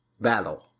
battle